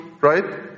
right